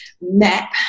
map